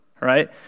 right